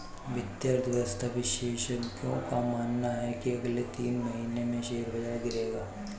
वित्तीय अर्थशास्त्र विशेषज्ञों का मानना है की अगले तीन महीने में शेयर बाजार गिरेगा